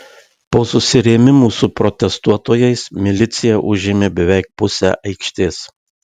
po susirėmimų su protestuotojais milicija užėmė beveik pusę aikštės